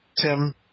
Tim –